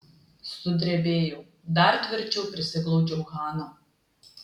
sudrebėjau dar tvirčiau prisiglaudžiau haną